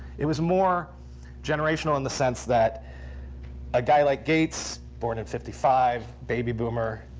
it was more generational in the sense that a guy like gates, born in fifty five, baby boomer,